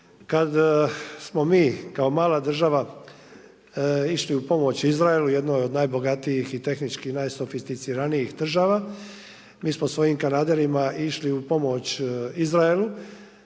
kad smo mi kao mala država išli u pomoć Izraelu, jednoj od najbogatijih i tehnički najsofisticiranijih država. Mi smo svojim kanaderima išli u pomoć Izraelu.